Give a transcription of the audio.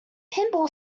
pinball